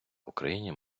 україні